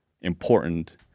important